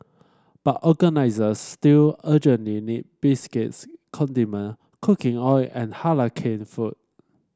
but organisers still urgently need biscuits condiment cooking oil and Halal canned food